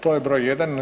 To je broj jedan.